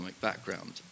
background